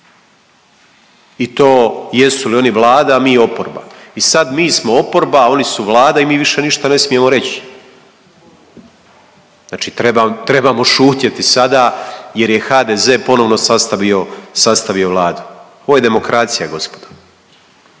I to jesu li oni Vlada, a mi oporba. I sad mi smo oporba, oni su Vlada i mi više ništa ne smijemo reći. Znači trebamo šutjeti sada jer je HDZ ponovno sastavio Vladu. Ovo je demokracija gospodo.